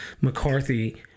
McCarthy